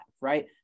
right